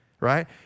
right